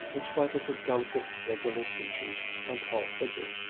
in spite of her delicate, regular features and tall figure.